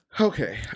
Okay